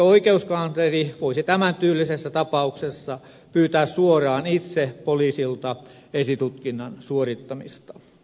eikö oikeuskansleri voisi tämän tyylisessä tapauksessa pyytää suoraan itse poliisilta esitutkinnan suorittamista